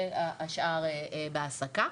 והשאר בהעסקה.